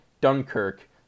Dunkirk